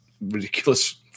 ridiculous